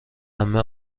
عمه